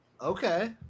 Okay